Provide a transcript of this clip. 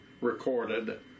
recorded